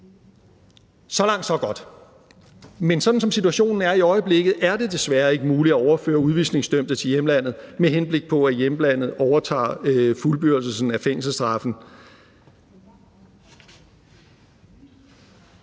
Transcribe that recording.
Så langt, så godt. Men sådan som situationen er i øjeblikket, er det desværre ikke muligt at overføre udvisningsdømte til hjemlandet, med henblik på at hjemlandet overtager fuldbyrdelsen af fængselsstraffen.